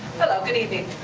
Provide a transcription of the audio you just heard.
hello. good evening.